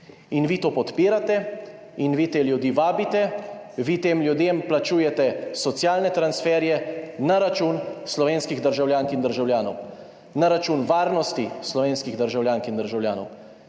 In vi to podpirate in vi te ljudi vabite, vi tem ljudem plačujete socialne transferje na račun slovenskih državljank in državljanov, na račun varnosti slovenskih državljank in državljanov.